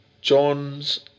John's